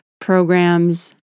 programs